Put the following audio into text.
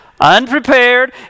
unprepared